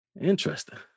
Interesting